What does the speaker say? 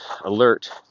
alert